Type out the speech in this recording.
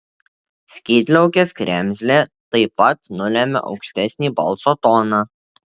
skydliaukės kremzlė taip pat nulemia aukštesnį balso toną